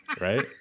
right